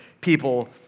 people